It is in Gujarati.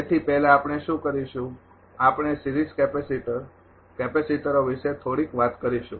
તેથી પહેલા આપણે શું કરીશું આપણે સીરીઝ કેપેસિટર કેપેસિટરો વિશે થોડીક વાત કરીશું